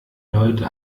leute